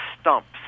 stumps